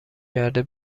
کرده